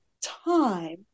time